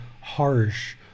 harsh